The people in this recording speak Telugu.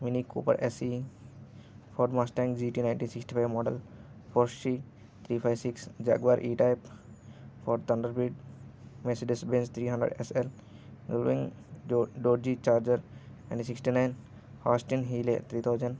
mini Cooper SE Ford Mustang GT nineteen sixty five model Porsche three five six Jaguar E type Ford Thunderbird Mercedes Benz three hundred SL wing Dodge Charger N sixty nine Austin Healey three thousand